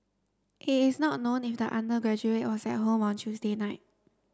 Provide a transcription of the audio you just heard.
it is not known if the undergraduate was at home on Tuesday night